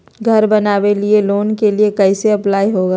घर बनावे लिय लोन के लिए कैसे अप्लाई होगा?